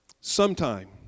Sometime